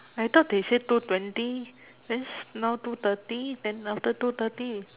I thought they say two twenty then s~ now two thirty then after two thirty it